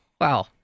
Wow